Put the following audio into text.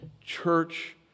church